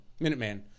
Minuteman